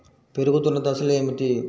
పెరుగుతున్న దశలు ఏమిటి?